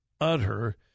utter